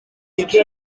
stroke